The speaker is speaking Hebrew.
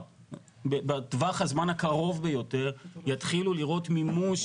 בטווח הזמן הקרוב ביותר יתחילו לראות מימוש